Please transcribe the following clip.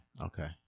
Okay